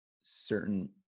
certain